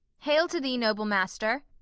hail to thee, noble master!